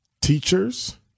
teachers